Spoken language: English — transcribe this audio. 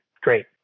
Great